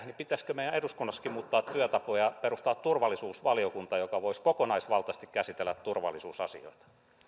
niin pitäisikö meidän eduskunnassakin muuttaa työtapoja perustaa turvallisuusvaliokunta joka voisi kokonaisvaltaisesti käsitellä turvallisuusasioita